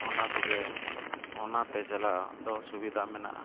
ᱚᱱᱟ ᱠᱚᱜᱮ ᱚᱱᱟᱛᱮ ᱪᱟᱞᱟᱣ ᱫᱚ ᱥᱩᱵᱤᱫᱷᱟ ᱢᱮᱱᱟᱜᱼᱟ